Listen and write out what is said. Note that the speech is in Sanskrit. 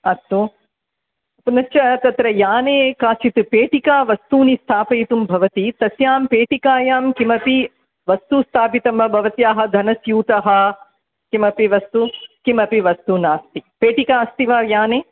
अस्तु पुनश्च तत्र याने काचित् पेटिका वस्तूनि स्थापयितुं भवति तस्यां पेटिकायां किमपि वस्तु स्थापितं वा भवत्याः धनस्यूतः किमपि वस्तु किमपि वस्तु नास्ति पेटिका अस्ति वा याने